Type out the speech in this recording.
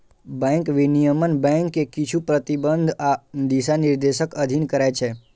bank विनियमन bank कें किछु प्रतिबंध आ दिशानिर्देशक अधीन करै छै